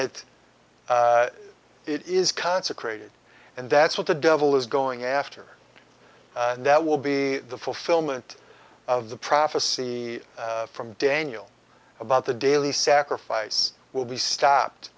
it it is consecrated and that's what the devil is going after that will be the fulfillment of the prophecy from daniel about the daily sacrifice will be stopped